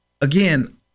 again